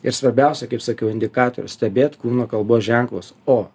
ir svarbiausia kaip sakiau indikatorius stebėt kūno kalbos ženklus o